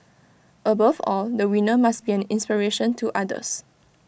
above all the winner must be an inspiration to others